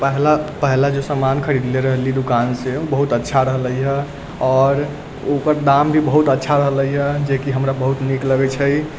पहिला पहिला जे समान खरीदले रहली दोकानसँ ओ बहुत अच्छा रहलैए आओर ओकर दाम भी बहुत अच्छा रहलैए जेकि हमरा बहुत नीक लगै छै